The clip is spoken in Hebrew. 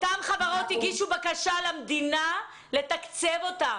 -- למדינה לתקצב אותן.